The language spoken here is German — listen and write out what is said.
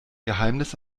geheimnis